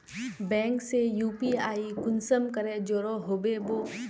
Bank से UPI कुंसम करे जुड़ो होबे बो?